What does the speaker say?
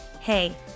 Hey